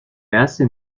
assez